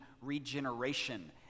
regeneration